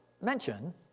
mention